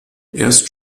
erst